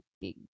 big